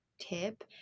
tip